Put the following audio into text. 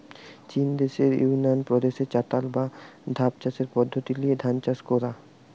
চিন দেশের ইউনান প্রদেশে চাতাল বা ধাপ চাষের পদ্ধোতি লিয়ে ধান চাষ কোরা